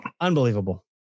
unbelievable